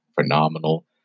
phenomenal